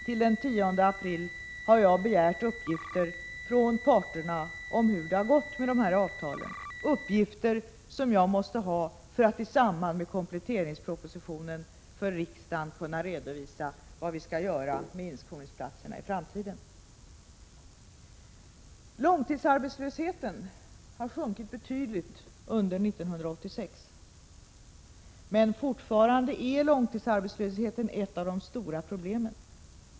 Till den 10 april har jag begärt uppgifter från parterna om hur det har gått med avtalen, uppgifter som jag måste ha för att i samband med kompletteringspropositionen för riksdagen kunna redovisa vad vi skall göra med inskolningsplatserna i framtiden. Långtidsarbetslösheten har sjunkit betydligt under 1986. Men fortfarande är långtidsarbetslösheten ett av de stora problemen.